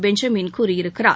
Benjamin கூறியிருக்கிறார்